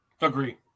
Agree